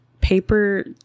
Paper